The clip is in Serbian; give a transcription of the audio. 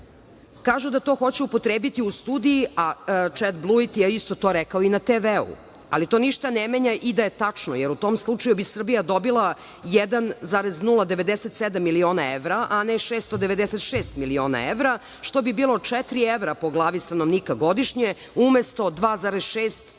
Kažu da to hoće upotrebiti u studiji, a Čed Bluit je isto to rekao i na TV-u, ali to ništa ne menja i da je tačno, jer u tom slučaju bi Srbija dobila 1.097 miliona evra, a ne 696 miliona evra, što bi bilo četiri evra po glavi stanovnika godišnje umesto 2,6.